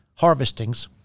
harvestings